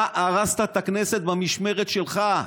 אתה הרסת את הכנסת במשמרת שלך.